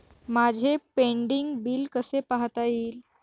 माझे pending bill कसे पाहता येईल?